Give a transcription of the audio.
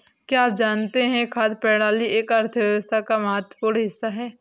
क्या आप जानते है खाद्य प्रणाली एक अर्थव्यवस्था का महत्वपूर्ण हिस्सा है?